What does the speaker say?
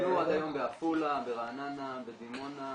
בנו עד היום בעפולה, ברעננה, בדימונה,